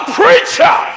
preacher